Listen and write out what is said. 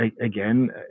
again